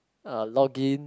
uh login